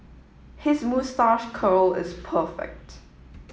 his moustache curl is perfect